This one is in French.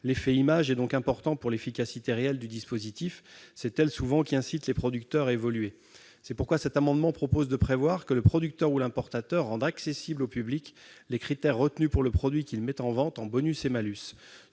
L'effet « image » est donc important pour l'efficacité réelle de ce dispositif, c'est elle souvent qui incite les producteurs à évoluer. C'est pourquoi cet amendement vise à prévoir que le producteur ou l'importateur rende accessibles au public les critères retenus pour le produit qu'il met en vente, en bonus et en malus.